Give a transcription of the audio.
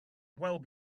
well